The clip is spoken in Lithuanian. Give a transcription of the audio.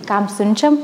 kam siunčiam